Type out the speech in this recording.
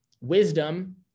wisdom